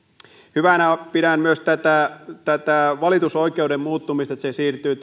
hyvänä pidän myös tätä tätä valitusoikeuden muuttumista että se siirtyy